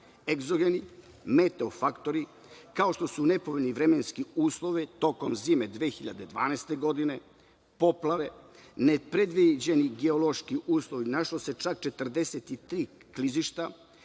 egzogeni meteofaktori, kao što su nepovoljni vremenski uslovi tokom zime 2012. godine, poplave, nepredviđeni geološki uslovi, našla su se čak 43 klizišta,